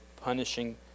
punishing